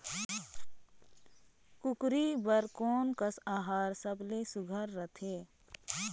कूकरी बर कोन कस आहार सबले सुघ्घर रथे?